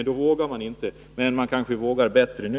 Då vågade de inte annat, men de kanske vågar bättre nu.